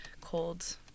cold